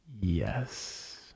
Yes